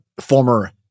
former